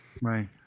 Right